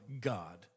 God